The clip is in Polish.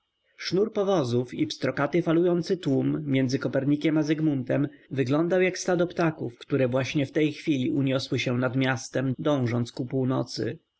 sznur powozów i pstrokaty falujący tłum między kopernikiem i zygmuntem wyglądał jak stado ptaków które właśnie w tej chwili unosiły się nad miastem dążąc ku północy